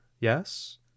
yes